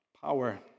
Power